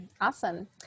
awesome